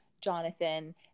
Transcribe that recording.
Jonathan